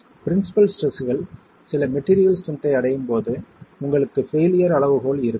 principal ஸ்ட்ரெஸ்கள் சில material strength ஐ அடையும் போது உங்களுக்கு பெயிலியர் அளவுகோல் இருக்கும்